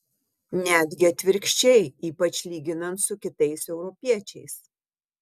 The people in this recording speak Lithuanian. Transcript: netgi atvirkščiai ypač lyginant su kitais europiečiais